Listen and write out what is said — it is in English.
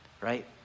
Right